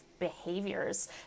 behaviors